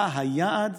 מה היעד?